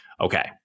Okay